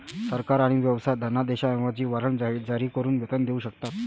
सरकार आणि व्यवसाय धनादेशांऐवजी वॉरंट जारी करून वेतन देऊ शकतात